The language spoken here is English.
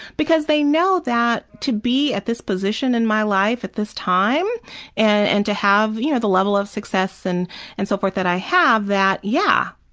because they know that to be at this position in my life at this time and to have you know the level of success and and so forth that i have, that yeah,